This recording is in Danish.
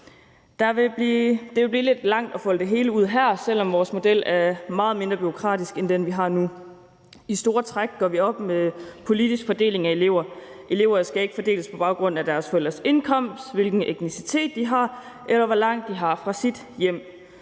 det vil blive lidt langt at folde det hele ud her, selv om vores model er meget mindre bureaukratisk end den, vi har nu. I store træk gør vi op med politisk fordeling af elever. Elever skal ikke fordeles på baggrund af deres forældres indkomst, hvilken etnicitet de har, eller hvor langt man har fra sit hjem.